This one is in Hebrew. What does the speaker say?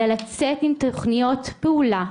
אלא לצאת עם תכניות פעולה,